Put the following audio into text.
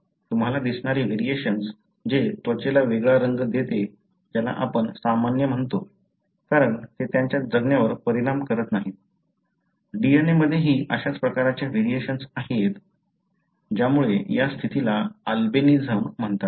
तुम्हाला दिसणारे व्हेरिएशन्स जे त्वचेला वेगळा रंग देते ज्याला आपण सामान्य म्हणतो कारण ते त्यांच्या जगण्यावर परिणाम करत नाही DNA मध्येही अशाच प्रकारच्या व्हेरिएशन्स आहेत ज्यामुळे या स्थितीला अल्बिनिझम म्हणतात